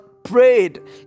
prayed